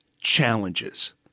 challenges